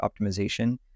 optimization